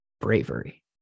bravery